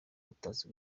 utazi